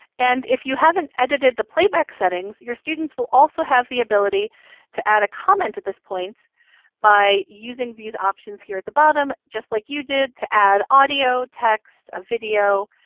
and if you haven't edited the playback settings, your students will also have the ability to add a comment at this point by using these options here at the bottom, just like you did to add audio, text, a video,